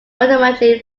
ultimately